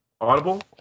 Audible